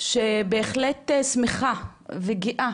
שבהחלט שמחה וגאה